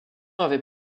avait